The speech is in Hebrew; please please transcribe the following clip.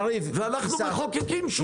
ואנחנו מחוקקים שהוא ישלם.